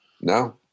No